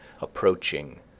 approaching